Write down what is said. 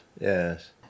Yes